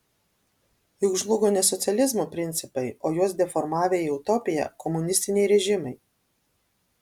juk žlugo ne socializmo principai o juos deformavę į utopiją komunistiniai režimai